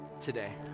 today